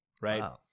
right